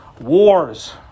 wars